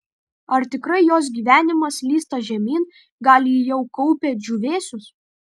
ar tikrai jos gyvenimas slysta žemyn gal ji jau kaupia džiūvėsius